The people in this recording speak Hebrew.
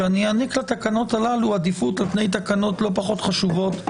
שאני אעניק לתקנות הללו עדיפות על פני תקנות לא פחות חשובות אחרות.